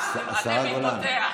מה אתה עושה לי ככה?